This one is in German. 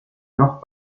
noch